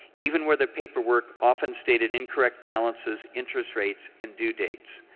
even where their paperwork often stated incorrect balances, interest rates, and due dates.